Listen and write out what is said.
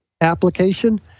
application